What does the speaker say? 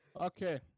Okay